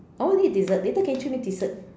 I want to eat dessert later can you treat me dessert